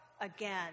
Again